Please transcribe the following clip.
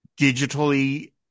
digitally